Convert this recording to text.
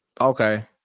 Okay